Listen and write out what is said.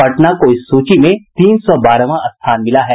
पटना को इस सूची में तीन सौ बारहवां स्थान मिला है